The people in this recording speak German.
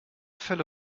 fälle